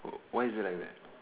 why is it like that